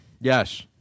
Yes